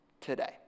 today